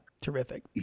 Terrific